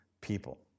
people